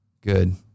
Good